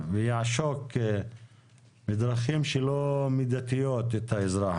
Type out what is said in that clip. ויעשוק בדרכים לא מידתיות את האזרח.